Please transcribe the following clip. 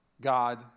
God